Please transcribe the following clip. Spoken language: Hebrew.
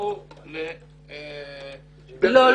שנגעו --- לא.